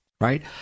Right